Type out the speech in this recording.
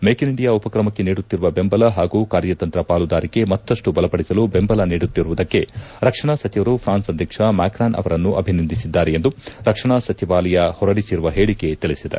make in India ಉಪಕ್ರಮಕ್ಕೆ ನೀಡುತ್ತಿರುವ ಬೆಂಬಲ ಪಾಗೂ ಕಾರ್ಯತಂತ್ರ ಪಾಲುದಾರಿಕೆ ಮತ್ತಷ್ಟು ಬಲಪಡಿಸಲು ಬೆಂಬಲ ನೀಡುತ್ತಿರುವುದಕ್ಕೆ ರಕ್ಷಣಾ ಸಚಿವರು ಪ್ರಾನ್ಸ್ ಅಧ್ಯಕ್ಷ ಮ್ಯಾಕಾನ್ ಅವರನ್ನು ಅಭಿನಂದಿಸಿದ್ದಾರೆ ಎಂದು ರಕ್ಷಣಾ ಸಚಿವಾಲಯ ಹೊರಡಿಸಿರುವ ಹೇಳಿಕೆ ತಿಳಿಸಿದೆ